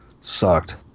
Sucked